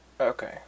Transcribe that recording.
Okay